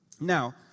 Now